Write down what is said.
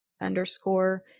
underscore